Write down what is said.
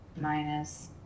minus